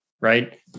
Right